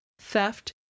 theft